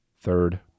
Third